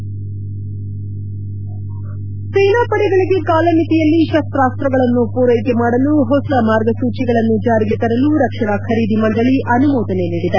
head ಸೇನಾ ಪಡೆಗಳಿಗೆ ಕಾಲಮಿತಿಯಲ್ಲಿ ಶಸ್ತಾಸ್ತಗಳನ್ನು ಪೂರೈಕೆ ಮಾಡಲು ಹೊಸ ಮಾರ್ಗಸೂಚಿಗಳನ್ನು ಜಾರಿಗೆ ತರಲು ರಕ್ಷಣಾ ಖರೀದಿ ಮಂಡಳಿ ಅನುಮೋದನೆ ನೀಡಿದೆ